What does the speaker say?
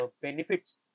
benefits